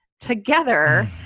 Together